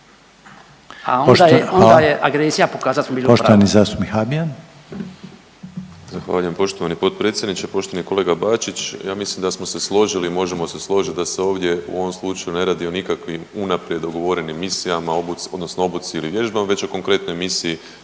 onda je agresija pokazala da smo bili u pravu.